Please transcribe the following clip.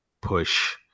push